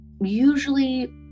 usually